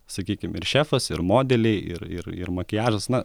sakykim ir šefas ir modeliai ir ir ir makiažas na